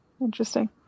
Interesting